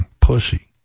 Pussy